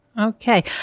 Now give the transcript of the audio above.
Okay